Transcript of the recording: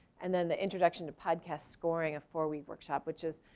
and then the introduction to podcast scoring, a four week workshop. which is,